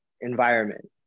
environment